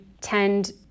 tend